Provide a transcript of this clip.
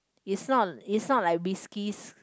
is not is not like whiskeys